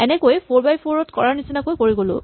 এনেকৈয়ে four by four ত কৰা নিচিনাকৈ কৰি গ'লো